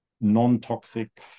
non-toxic